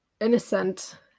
innocent